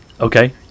okay